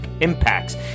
impacts